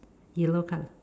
yellow color